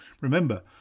Remember